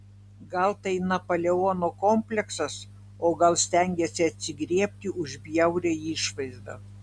gal tai napoleono kompleksas o gal stengiasi atsigriebti už bjaurią išvaizdą